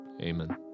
Amen